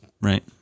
Right